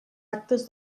actes